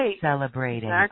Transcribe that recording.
celebrating